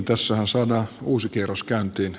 tässähän saadaan uusi kierros käyntiin